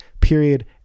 period